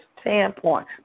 standpoint